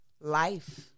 life